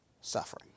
suffering